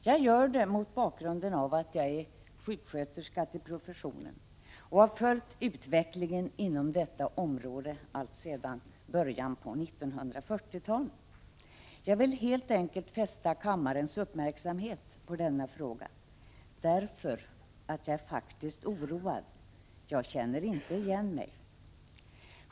Jag gör det mot bakgrund av att jag är sjuksköterska till professionen och har följt utvecklingen inom detta område alltsedan början av 1940-talet. Jag vill helt enkelt fästa kammarens uppmärksamhet på frågan därför att jag faktiskt är oroad. Jag känner inte igen mig.